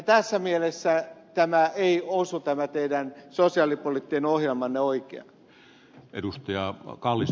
tässä mielessä tämä teidän sosiaalipoliittinen ohjelmanne ei osu oikeaan